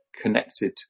connected